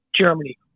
Germany